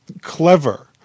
clever